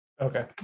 okay